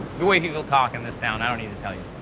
the way people talk in this town, i don't need to tell you.